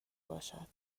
باشد